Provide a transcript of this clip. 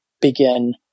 begin